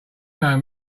know